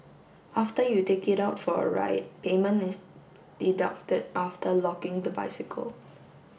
after you take it out for a ride payment is deducted after locking the bicycle